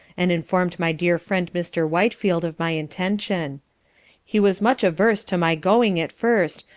and informed my dear friend mr. whitefield of my intention he was much averse to my going at first,